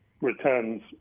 returns